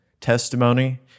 testimony